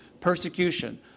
persecution